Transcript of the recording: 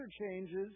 changes